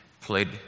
played